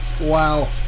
Wow